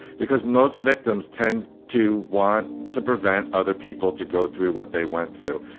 because most victims tend to want to prevent other people to go through what they went through.